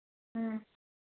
ꯎꯝ